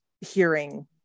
hearing